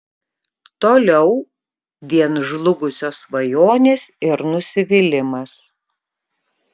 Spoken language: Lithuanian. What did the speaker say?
toliau vien žlugusios svajonės ir nusivylimas